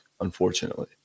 unfortunately